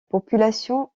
population